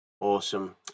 awesome